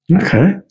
Okay